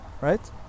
right